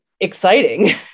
exciting